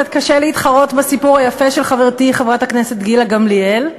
קצת קשה להתחרות בסיפור היפה של חברתי חברת הכנסת גילה גמליאל,